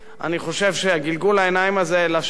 אני חושב שגלגול העיניים הזה לשמים,